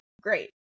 great